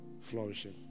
flourishing